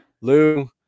Lou